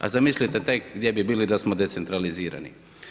A zamislite tek gdje bi bili da smo decentralizirani.